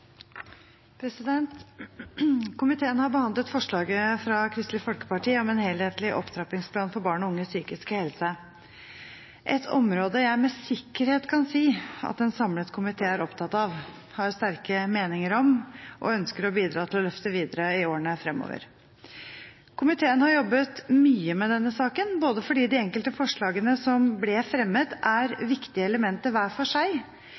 vedtatt. Komiteen har behandlet forslaget fra Kristelig Folkeparti om en helhetlig opptrappingsplan for barn og unges psykiske helse, et område jeg med sikkerhet kan si at en samlet komité er opptatt av, har sterke meninger om og ønsker å bidra til å løfte videre i årene fremover. Komiteen har jobbet mye med denne saken, både fordi de enkelte forslagene som ble fremmet, er viktige elementer hver for seg,